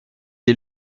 est